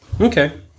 okay